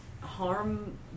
harm